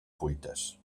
fuites